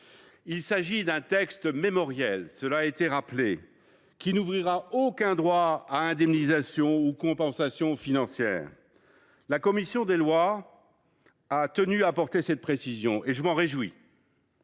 Il s’agit bien d’un texte mémoriel, qui n’ouvrira aucun droit à des indemnisations ou compensations financières. La commission des lois a tenu à apporter cette précision, et je m’en réjouis.